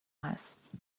هست